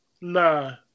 Nah